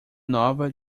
nova